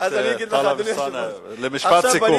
הכנסת טלב אלסאנע, משפט סיכום.